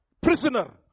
prisoner